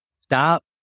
Stop